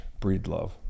breedlove